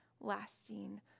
lasting